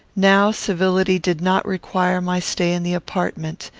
now civility did not require my stay in the apartment,